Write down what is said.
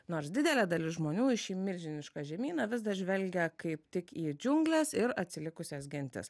nors didelė dalis žmonių į šį milžinišką žemyną vis dar žvelgia kaip tik į džiungles ir atsilikusias gentis